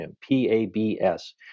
P-A-B-S